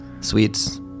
Sweets